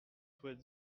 soit